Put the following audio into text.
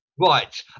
Right